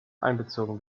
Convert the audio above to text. einbezogen